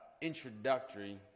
introductory